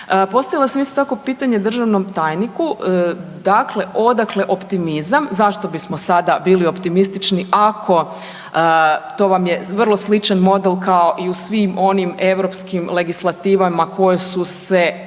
Postavila sam isto tako pitanje državnom tajniku dakle odakle optimizam, zašto bismo sada bili optimistični ako to vam je vrlo sličan model kao i svim onim europskim legislativama koje su se